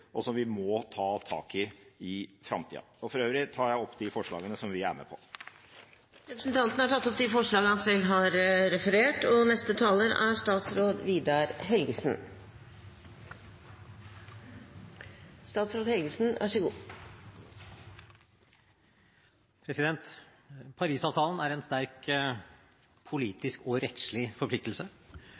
og som vi må ta tak i i framtida. For øvrig tar jeg opp de forslagene vi er med på. Representanten Rasmus Hansson har tatt opp de forslagene han refererte til. Paris-avtalen er en sterk politisk og rettslig forpliktelse. Den er